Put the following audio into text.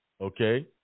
Okay